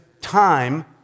time